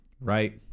right